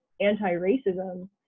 anti-racism